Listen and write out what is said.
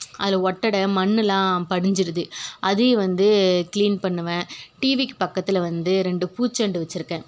அதில் ஒட்டடை மண்ணெல்லாம் படிஞ்சுடுது அதையும் வந்து கிளீன் பண்ணுவேன் டிவிக்கு பக்கத்தில் வந்து ரெண்டு பூச்செண்டு வச்சுருக்கேன்